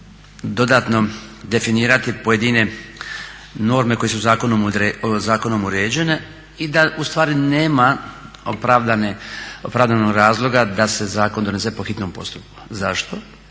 dodatno definirati pojedine norme koje su zakonom uređene i da ustvari nema opravdanog razloga da se zakon donese po hitnom postupku. Zašto?